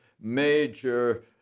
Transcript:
major